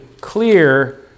clear